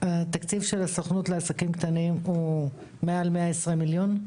התקציב של הסוכנות לעסקים קטנים הוא מעל 120 מיליון ₪.